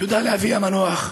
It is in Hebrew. תודה לאבי המנוח,